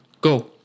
Go